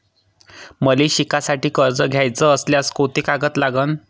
मले शिकासाठी कर्ज घ्याचं असल्यास कोंते कागद लागन?